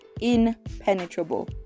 impenetrable